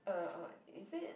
uh is it